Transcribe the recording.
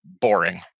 boring